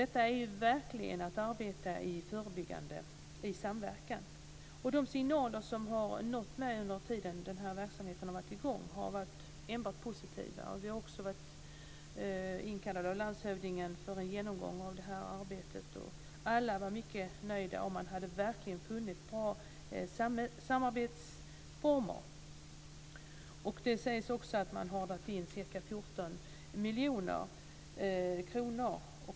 Detta är verkligen att arbeta förebyggande i samverkan. De signaler som har nått mig under den tid som den här verksamheten har varit i gång, har enbart varit positiva. Vi har också varit inkallade av landshövdingen för en genomgång av det här arbetet. Alla var mycket nöjda, och man hade verkligen funnit bra samarbetsformer. Det sägs också att man dragit in ca 14 miljoner kronor.